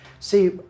See